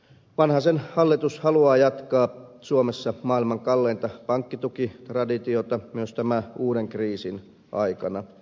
vanhasen hallitus haluaa jatkaa suomessa maailman kalleinta pankkitukitraditiota myös tämän uuden kriisin aikana